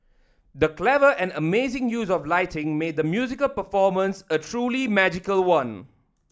the clever and amazing use of lighting made the musical performance a truly magical one